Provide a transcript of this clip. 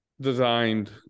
designed